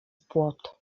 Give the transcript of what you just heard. płot